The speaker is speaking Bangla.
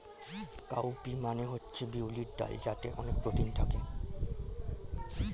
কাউ পি মানে হচ্ছে বিউলির ডাল যাতে অনেক প্রোটিন থাকে